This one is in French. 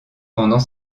pendant